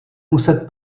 muset